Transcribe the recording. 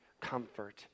comfort